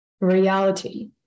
reality